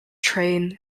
train